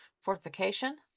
fortification